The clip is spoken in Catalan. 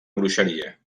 bruixeria